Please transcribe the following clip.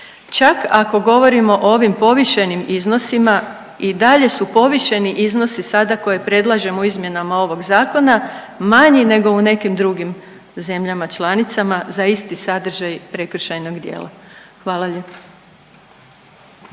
Čak ako govorim o ovim povišenim iznosima i dalje su povišeni iznosi sada koje predlažemo u izmjenama ovog Zakona manji nego u nekim drugim zemljama članicama, za isti sadržaj prekršajnog djela. Hvala lijepa.